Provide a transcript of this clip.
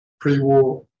pre-war